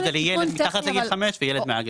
את זה לילד מתחת לגיל חמש וילד מעל לגיל חמש.